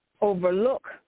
overlook